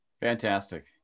Fantastic